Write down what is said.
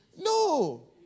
No